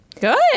Good